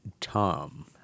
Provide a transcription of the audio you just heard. Tom